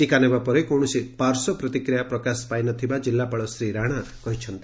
ଟିକା ନେବାପରେ କୌଣସି ପାର୍ଶ୍ୱ ପ୍ରତିକ୍ରିୟା ପ୍ରକାଶ ପାଇ ନ ଥିବା ଜିଲ୍ଲାପାଳ ଶ୍ରୀ ରାଣା କହିଛନ୍ତି